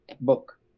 book